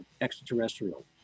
extraterrestrial